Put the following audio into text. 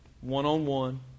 one-on-one